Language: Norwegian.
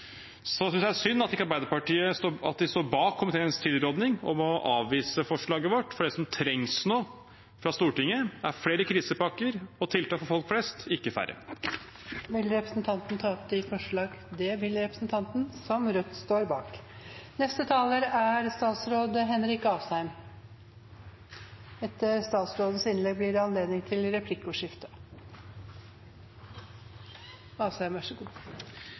er synd at Arbeiderpartiet står bak komiteens tilråding om å avvise forslaget vårt, for det som trengs nå fra Stortinget, er flere krisepakker og tiltak for folk flest, ikke færre. Vil representanten Moxnes ta opp forslagene fra Rødt? – Det vil han. Da har representanten Bjørnar Moxnes tatt opp de forslagene han refererte til. Da pandemien traff Norge og førte til omfattende nedstengning i mars i år, fikk det